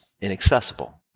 inaccessible